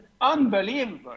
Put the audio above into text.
unbelievable